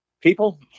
People